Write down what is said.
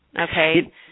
Okay